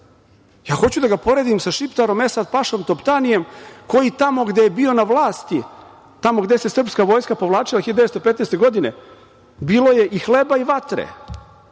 Balkanu. Hoću da ga poredim sa Šiptarom Esad-pašom Toptanijem, koji tamo gde je bio na vlasti, tamo gde se srpska vojska povlačila 1915. godine bilo je i hleba i vatre,